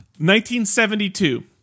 1972